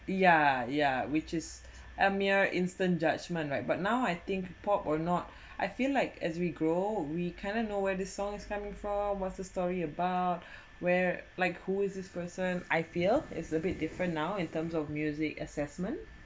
yeah yeah which is I'm mere instant judgement right but now I think pop or not I feel like as we grow we kinda know where the songs is coming from what's the story about where like who is this person I feel is a bit different now in terms of music assessment